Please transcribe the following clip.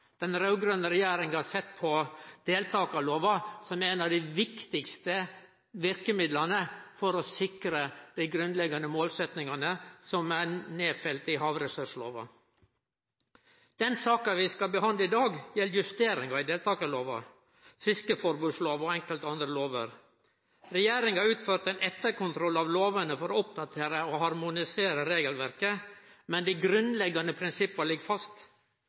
har sett på deltakarlova som eit av dei viktigaste verkemidla for å sikre dei grunnleggande målsettingane som er nedfelte i havressurslova. Den saka vi skal behandle i dag, gjeld justeringar i deltakarlova, fiskeriforbodslova og enkelte andre lover. Regjeringa har utført ein etterkontroll av lovene for å oppdatere og harmonisere regelverket, men dei grunnleggande prinsippa ligg fast.